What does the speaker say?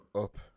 up